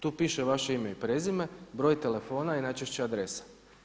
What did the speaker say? Tu piše vaše ime i prezime, broj telefona i najčešće adresa.